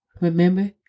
Remember